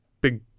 big